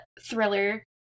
thriller